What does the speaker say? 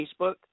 Facebook